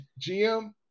GM